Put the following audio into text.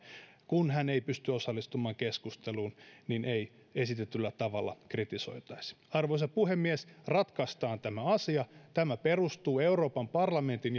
kun hän ei pysty osallistumaan keskusteluun esitetyllä tavalla kritisoitaisi arvoisa puhemies ratkaistaan tämä asia tämä perustuu euroopan parlamentin